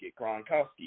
Gronkowski